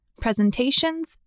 presentations